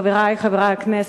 חברי חברי הכנסת,